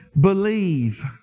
believe